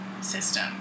system